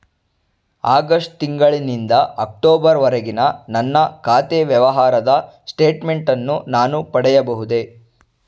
August ತಿಂಗಳು ನಿಂದ October ವರೆಗಿನ ನನ್ನ ಖಾತೆ ವ್ಯವಹಾರದ ಸ್ಟೇಟ್ಮೆಂಟನ್ನು ನಾನು ಪಡೆಯಬಹುದೇ?